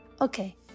Okay